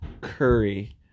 curry